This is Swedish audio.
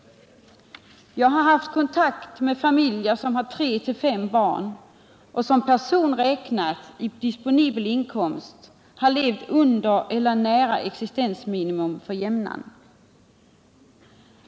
Jag har haft kontakt med familjer som har 3-5 barn och som, per person räknat, i fråga om disponibel inkomst har levt under eller nära existensminimum för jämnan.